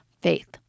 faith